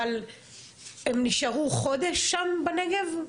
אבל הם נשארו חודש שם בנגב?